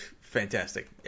fantastic